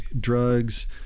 drugs